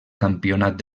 campionat